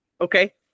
Okay